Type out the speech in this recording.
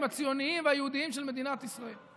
הציוניים והיהודיים של מדינת ישראל.